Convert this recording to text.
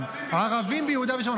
ערבים ביהודה ושומרון.